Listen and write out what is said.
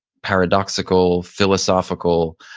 paradoxical, philosophical.